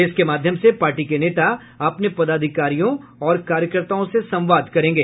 इसके माध्यम से पार्टी के नेता अपने पदाधिकारियों और कार्यकर्ताओं से संवाद करेंगे